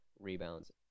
rebounds